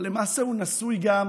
אבל למעשה, הוא נשוי גם